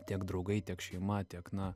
tiek draugai tiek šeima tiek na